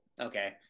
okay